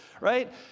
right